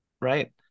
Right